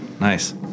Nice